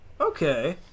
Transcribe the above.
Okay